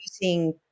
using